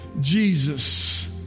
Jesus